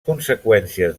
conseqüències